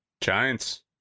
Giants